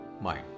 mind